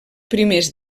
primers